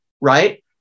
right